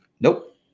Nope